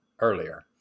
earlier